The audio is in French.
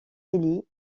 élie